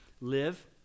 live